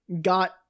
got